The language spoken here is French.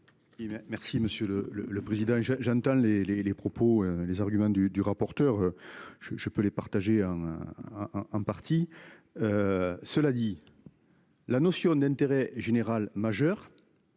merci Monsieur le le le président. J'entends les les les propos les arguments du du rapporteur. Je je peux les partager un un parti. Cela dit. La notion d'intérêt général majeur.